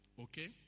Okay